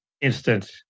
instant